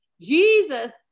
Jesus